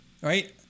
Right